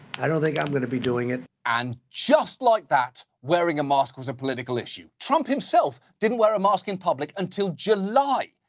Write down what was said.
i don't think i'm gonna be doing it. and just like that, wearing a mask was a political issue. trump himself didn't wear a mask in public until july.